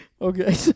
Okay